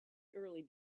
early